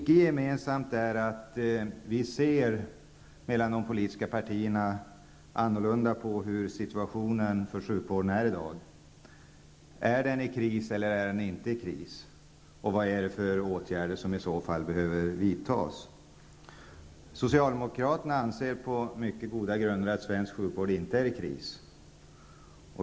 Oenigheten gäller att vi i de politiska partierna ser olika på situationen för sjukvården i dag. Är den i kris eller inte? Vad är det för åtgärder som i så fall behöver vidtas? Socialdemokraterna anser på mycket goda grunder att svensk sjukvård inte är i kris.